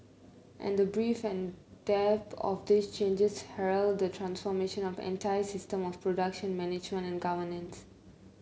and the breadth and depth of these changes herald the transformation of entire systems of production management and governance